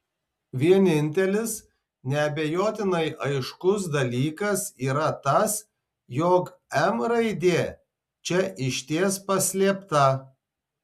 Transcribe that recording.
vienintelis neabejotinai aiškus dalykas yra tas jog m raidė čia išties paslėpta